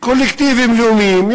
קולקטיבים לאומיים,